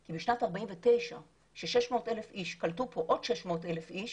כי בשנת 1949 ש-600,000 איש קלטו פה עוד 600,000 איש,